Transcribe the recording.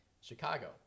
Chicago